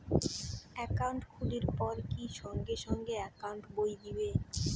Account খুলির পর কি সঙ্গে সঙ্গে একাউন্ট বই দিবে?